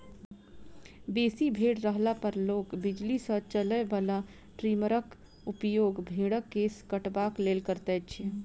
बेसी भेंड़ रहला पर लोक बिजली सॅ चलय बला ट्रीमरक उपयोग भेंड़क केश कटबाक लेल करैत छै